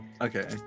Okay